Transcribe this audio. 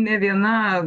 nė viena